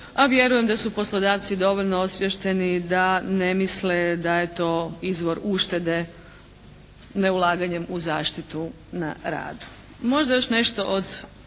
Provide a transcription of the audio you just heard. a vjerujem da su poslodavci dovoljno osviješteni da ne misle da je to izvor uštede neulaganjem u zaštitu na radu. Možda još nešto od